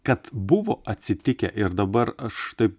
kad buvo atsitikę ir dabar aš taip